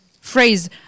phrase